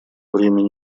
времени